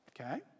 Okay